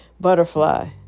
Butterfly